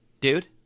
Dude